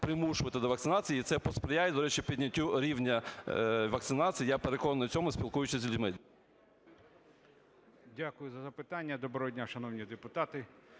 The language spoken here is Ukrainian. примушувати до вакцинації. І це посприяє, до речі, підняттю рівня вакцинації, я переконаний в цьому, спілкуючись з людьми. 11:36:30 ГУТЦАЙТ В.М. Дякую за запитання. Доброго дня, шановні депутати.